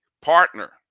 partner